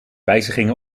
wijzigen